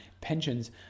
pensions